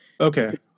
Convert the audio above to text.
Okay